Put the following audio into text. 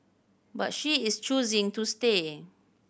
but she is choosing to stay